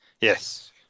Yes